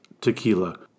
tequila